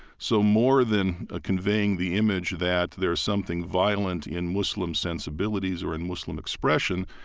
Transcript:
so more than ah conveying the image that there is something violent in muslim sensibilities or in muslim expression,